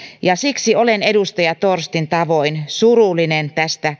ja siksi olen edustaja torstin tavoin surullinen tästä